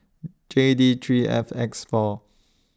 J D three F X four